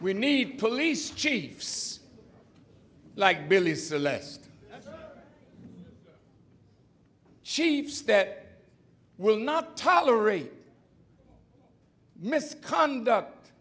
we need police chiefs like billy celeste chiefs that will not tolerate misconduct